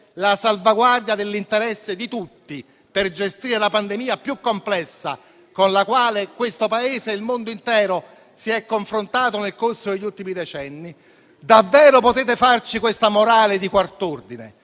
la salvaguardia dell'interesse di tutti, per gestire la pandemia più complessa con la quale questo Paese e il mondo intero si sono confrontati nel corso degli ultimi decenni. Davvero potete farci questa morale di quart'ordine?